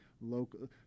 local